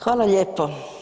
Hvala lijepo.